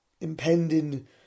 impending